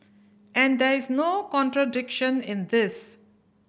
and there is no contradiction in this